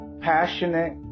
passionate